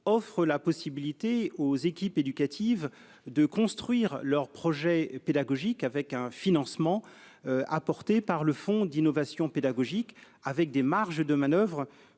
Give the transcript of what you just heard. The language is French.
offre la possibilité aux équipes éducatives de construire leur projet pédagogique, avec un financement apporté par le fonds d'innovation pédagogique et des marges de manoeuvre